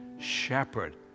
shepherd